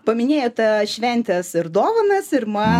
paminėjote šventes ir dovanas ir man